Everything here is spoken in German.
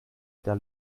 der